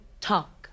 talk